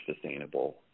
sustainable